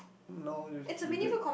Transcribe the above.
no use to do it